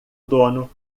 dono